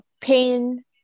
pain